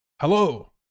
Hello